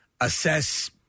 assess